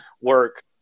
work